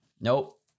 Nope